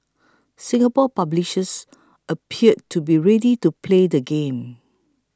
Singapore publishers appear to be ready to play the game